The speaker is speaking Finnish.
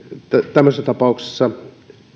tämmöisissä tapauksissa